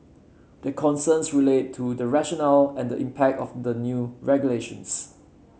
their concerns relate to the rationale and the impact of the new regulations